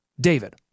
David